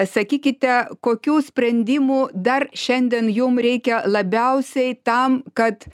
sakykite kokių sprendimų dar šiandien jum reikia labiausiai tam kad